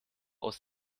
aus